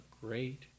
great